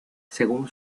según